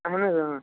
اہن حظ اۭں